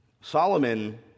Solomon